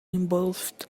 involved